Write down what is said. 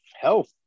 health